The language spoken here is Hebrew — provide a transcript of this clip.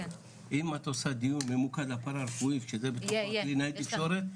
אם את עושה דיון ממוקד לפרה-רפואי שבתוכו הקלינאי תקשורת,